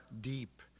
deep